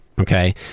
Okay